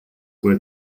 were